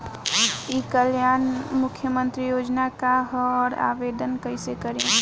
ई कल्याण मुख्यमंत्री योजना का है और आवेदन कईसे करी?